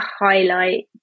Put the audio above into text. highlight